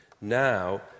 Now